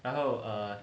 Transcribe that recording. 然后 err